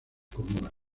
comunas